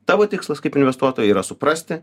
tavo tikslas kaip investuotojui yra suprasti